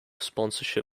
sponsorship